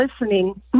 listening